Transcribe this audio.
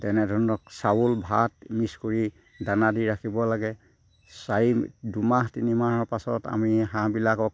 তেনেধৰণৰ চাউল ভাত মিক্স কৰি দানা দি ৰাখিব লাগে চাৰি দুমাহ তিনি মাহৰ পাছত আমি হাঁহবিলাকক